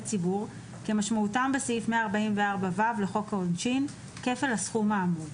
ציבור כמשמעותם בסעיף 144ו לחוק העונשין כפל הסכום האמור".